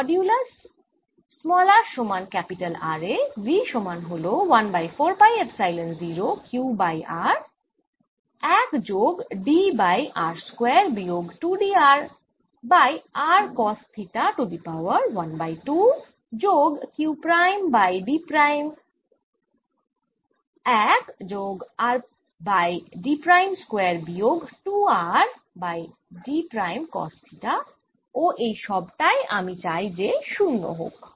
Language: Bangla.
মডুলাস r সমান R এ V সমান হল 1 by 4 pi epsilon 0 q by r 1 যোগ d বাই r স্কয়ার বিয়োগ 2 d by r cos theta to the power 1 by 2 যোগ q prime by d prime 1 যোগ R by d prime square বিয়োগ 2R by d prime cos theta ও এই সবটাই আমি চাই যে 0 হোক